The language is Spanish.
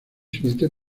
siguientes